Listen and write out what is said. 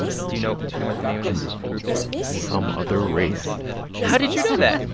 do you know do you know what the name of this group is? some other race how did you know that?